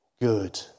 good